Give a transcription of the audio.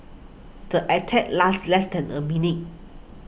the attack lasted less than a minute